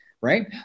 right